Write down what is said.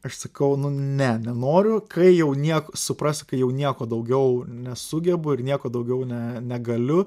aš sakau nu ne nenoriu kai jau nieko suprasiu kai jau nieko daugiau nesugebu ir nieko daugiau ne negaliu